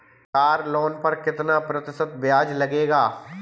Car loan पर कितना प्रतिशत ब्याज लगेगा?